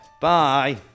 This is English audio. Bye